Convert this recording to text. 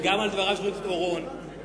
וגם על דבריו של חבר הכנסת אורון,